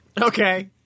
Okay